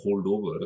holdover